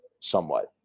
somewhat